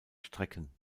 strecken